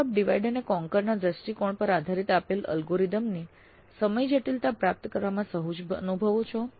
શું આપ ના દ્રષ્ટિકોણ પર આધારિત આપેલ અલ્ગોરિધમ ની સમય જટિલતા પ્રાપ્ત કરવામાં સહજ અનુભવો છો